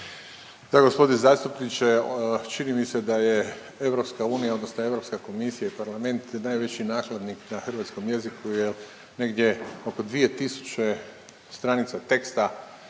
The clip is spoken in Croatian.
Evo g. zastupniče čini mi se da je EU odnosno Europska komisija i Parlament najveći nakladnik na hrvatskom jeziku jel negdje oko 2000 stranica teksta